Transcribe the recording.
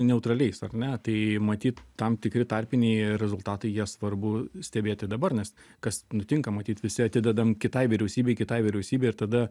neutraliais ar ne tai matyt tam tikri tarpiniai rezultatai jie svarbu stebėti dabar nes kas nutinka matyt visi atidedam kitai vyriausybei kitai vyriausybei ir tada